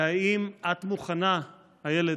האם את מוכנה, אילת,